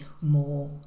more